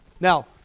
now